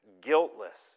guiltless